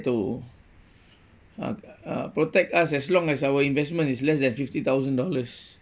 to uh uh protect us as long as our investment is less than fifty thousand dollars